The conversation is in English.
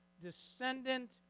descendant